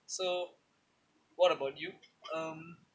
so what about you um